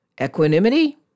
Equanimity